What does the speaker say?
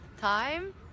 time